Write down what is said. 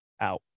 out